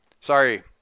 sorry